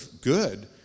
good